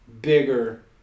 bigger